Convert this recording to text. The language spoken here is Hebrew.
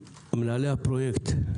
מנהלי הפרויקט,